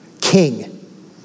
king